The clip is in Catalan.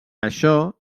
això